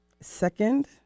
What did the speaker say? second